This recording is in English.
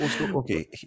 Okay